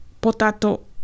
potato